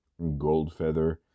Goldfeather